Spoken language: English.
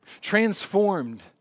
transformed